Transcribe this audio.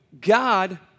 God